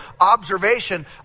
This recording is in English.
observation